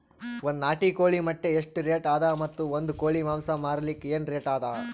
ಒಂದ್ ನಾಟಿ ಕೋಳಿ ಮೊಟ್ಟೆ ಎಷ್ಟ ರೇಟ್ ಅದ ಮತ್ತು ಒಂದ್ ಕೋಳಿ ಮಾಂಸ ಮಾರಲಿಕ ಏನ ರೇಟ್ ಅದ?